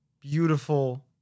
beautiful